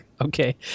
Okay